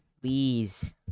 please